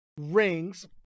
rings